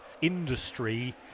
industry